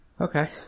Okay